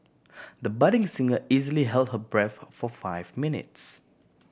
the budding singer easily held her breath for for five minutes